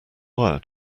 wire